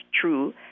true